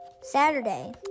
Saturday